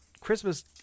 Christmas